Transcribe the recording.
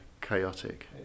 chaotic